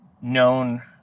known